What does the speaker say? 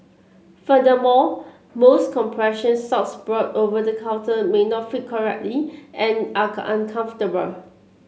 furthermore most compression socks bought over the counter may not fit correctly and are uncomfortable